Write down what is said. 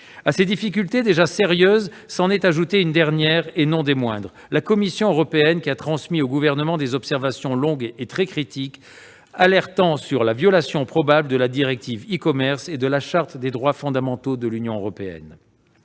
À ces difficultés déjà sérieuses s'en est ajoutée une dernière, et non des moindres : la Commission européenne a transmis au Gouvernement des observations longues et très critiques, alertant sur la violation probable de la directive e-commerce et de la Charte des droits fondamentaux de l'Union européenne.